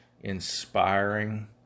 inspiring